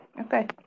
okay